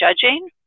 judging